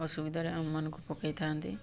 ଅସୁବିଧାରେ ଆମମାନଙ୍କୁ ପକାଇଥାନ୍ତି